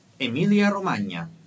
Emilia-Romagna